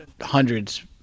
hundreds